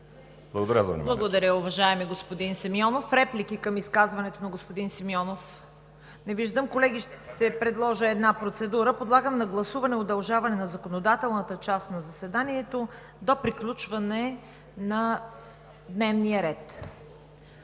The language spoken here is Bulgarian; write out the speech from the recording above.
Благодаря за вниманието.